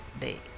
day